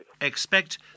Expect